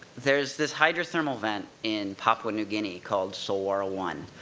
there's this hydrothermal vent in papua new guinea called solwara one,